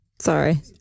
Sorry